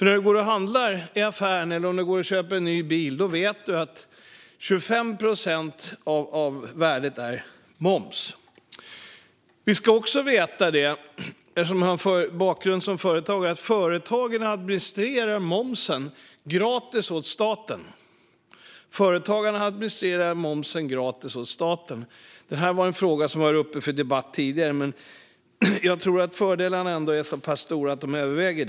När du går och handlar i affären eller köper en ny bil vet du att 25 procent av värdet är moms. Vi ska också veta - jag har ju en bakgrund som företagare - att företagen administrerar momsen gratis åt staten. Detta var en fråga som var uppe för debatt tidigare, men jag tror att fördelarna är så pass stora att de överväger.